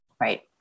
Right